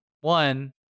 one